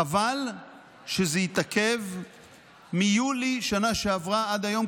חבל שזה התעכב מיולי בשנה שעברה עד היום,